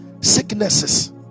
sicknesses